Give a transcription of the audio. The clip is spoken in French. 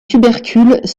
tubercules